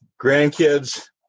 Grandkids